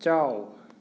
ꯆꯥꯎ